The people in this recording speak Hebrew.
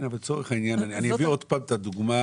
אני אתן שוב את הדוגמה